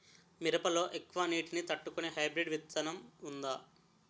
మిరప లో ఎక్కువ నీటి ని తట్టుకునే హైబ్రిడ్ విత్తనం వుందా?